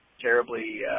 terribly